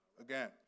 again